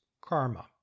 karma